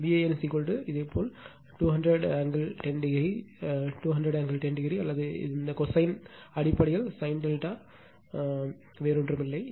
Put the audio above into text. எனவே Van இதேபோல் 200 angle 10o இது இதேபோல் 200 ஆங்கிள் 10o அல்லது இந்த கொசைனும் அடிப்படையில் sin ∆ வேறொன்றுமில்லை